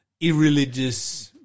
irreligious